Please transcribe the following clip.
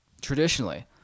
Traditionally